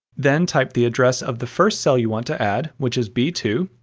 then, type the address of the first cell you want to add, which is b two,